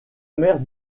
mère